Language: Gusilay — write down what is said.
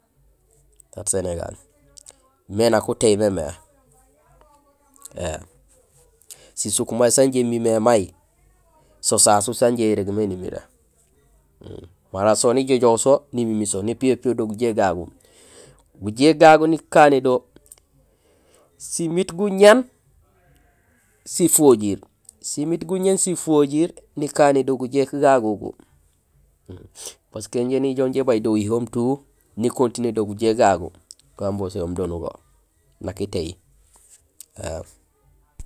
Sénégal, mé nak utééy mémé, éém. Sisuk may sanjé umimé may, so sasu san injé irégmé nimiré; mara so nijojoow so nimimiir so nipiyo piyo do gujéék gagu. Gujéék gagu nikané do simiit guñéén sifojiir, simiit guñéén sifojiir nikané do gujéék gagu ugu. Parce que injé nijoow ja ibay do uhitoom tout, ni continé do gujéék gagu, gu amboséhoom do nugo nak itéy